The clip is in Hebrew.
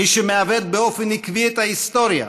מי שמעוות באופן עקבי את ההיסטוריה,